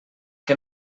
que